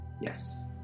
Yes